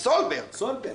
סולברג.